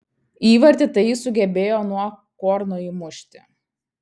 įvartį tai jis sugebėjo nuo korno įmušti